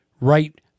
right